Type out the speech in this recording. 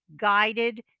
guided